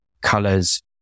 colors